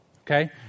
Okay